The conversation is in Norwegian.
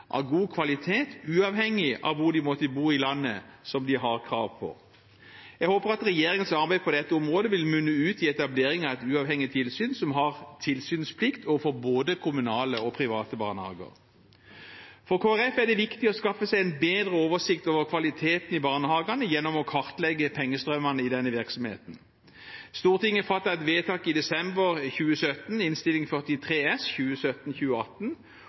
av god kvalitet som de har krav på, uavhengig av hvor de måtte bo i landet. Jeg håper at regjeringens arbeid på dette området vil munne ut i etablering av et uavhengig tilsyn som har tilsynsplikt overfor både kommunale og private barnehager. For Kristelig Folkeparti er det viktig å skaffe seg en bedre oversikt over kvaliteten i barnehagene gjennom å kartlegge pengestrømmene i denne virksomheten. Stortinget fattet et vedtak i desember 2017, Innst. 43 S